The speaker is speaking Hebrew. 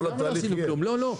לא, לא.